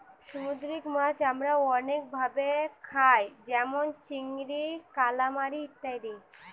সামুদ্রিক মাছ আমরা অনেক ভাবে খাই যেমন চিংড়ি, কালামারী ইত্যাদি